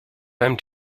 deinem